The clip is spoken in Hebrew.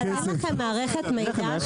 אבל אין לכם מערכת מידע?